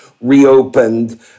reopened